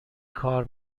کار